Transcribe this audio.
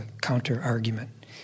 counter-argument